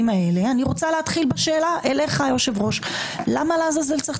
אני מנסה להבין לאיזה פשרה את